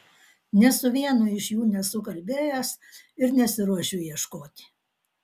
nė su vienu iš jų nesu kalbėjęs ir nesiruošiu ieškoti